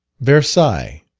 versailles,